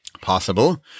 Possible